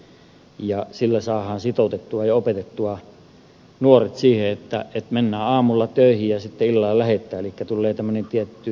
se on erittäin hyvä ja sillä saadaan sitoutettua ja opetettua nuoret siihen että mennään aamulla töihin ja sitten illalla lähdetään eli tulee tämmöinen tietty työaikasidonnaisuus